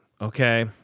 Okay